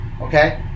okay